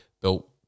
built